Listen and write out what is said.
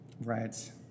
right